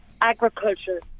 agriculture